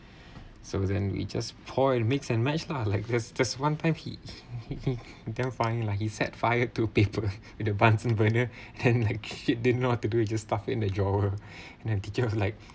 so then we just pour and mix and match lah like there's there's one time he he he damn funny lah he set fire to paper in the bunsen burner and like shit didn't know what to do he just stuff in a drawer and teacher was like